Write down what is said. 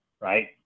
right